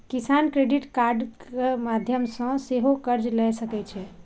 किसान क्रेडिट कार्डक माध्यम सं सेहो कर्ज लए सकै छै